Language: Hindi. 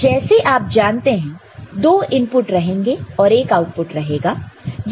तो जैसे आप जानते हैं 2 इनपुट रहेंगे और 1 आउटपुट रहेगा